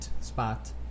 spot